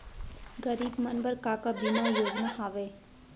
गरीब मन बर का का बीमा योजना हावे?